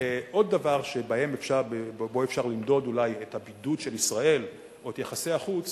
עוד דבר שבו אפשר למדוד את הבידוד של ישראל או את יחסי החוץ